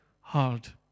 hard